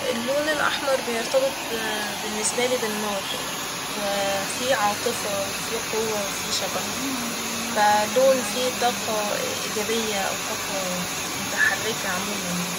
اللون الأحمر بيتربط باللنسبالي بالنار و في عاطفة وفي قوة وفي شغف ف لون في طاقة ايجابية أو طاقة متحركة عموما يعني